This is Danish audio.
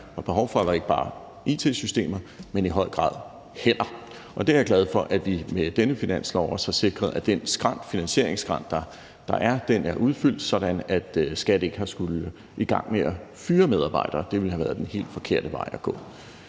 var behov for, var ikke bare it-systemer, men i høj grad hænder, og jeg er glad for, at vi med denne finanslov også får sikret, at den finansieringsskrænt, der er, er udfyldt, sådan at skattemyndighederne ikke har skullet i gang med at fyre medarbejdere. Det ville have været den helt forkerte vej at gå.